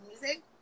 music